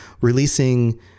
releasing